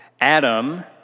Adam